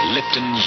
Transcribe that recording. Lipton